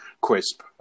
crisp